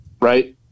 right